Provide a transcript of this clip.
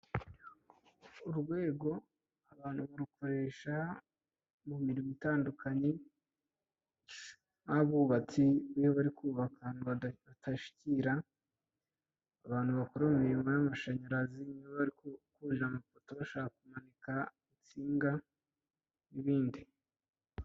Urwego abantu barukoresha mu mirimo itandukanye, nk'abubatsi iyo bari kubaka ahantu badashyikira, abantu bakora imirimo y'amashanyarazi iyo bari kurira amapoto bashaka kumanika insinga n'ibindi.